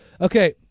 okay